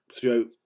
throughout